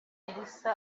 elsa